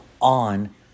on